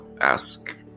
ask